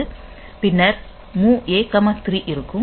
பின்னர் move A comma 3 இருக்கும்